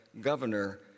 governor